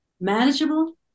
manageable